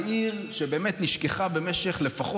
אז תנחש, על איזו עיר עכשיו